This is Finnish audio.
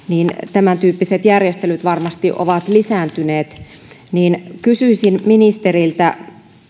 tämäntyyppiset järjestelyt varmasti ovat lisääntyneet kysyisin ministeriltä